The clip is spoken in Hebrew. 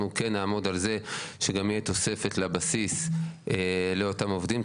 אנחנו כן נעמוד על זה שגם תהיה תוספת לבסיס לאותם עובדים.